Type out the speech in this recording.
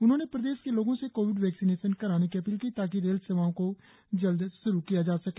उन्होंने प्रदेश के लोगों से कोविड वैक्सीनेशन कराने की अपील की ताकि रेल सेवाओं को जल्द श्रू किया जा सके